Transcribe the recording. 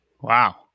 wow